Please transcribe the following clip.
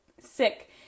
sick